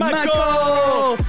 Michael